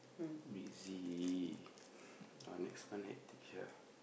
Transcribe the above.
busy [wah] next month hectic sia